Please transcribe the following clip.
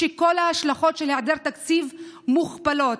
שכל ההשלכות של היעדר תקציב מוכפלות.